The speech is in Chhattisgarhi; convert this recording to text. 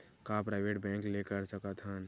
का प्राइवेट बैंक ले कर सकत हन?